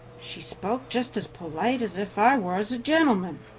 she spoke just as polite as if i was a gentleman,